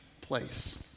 place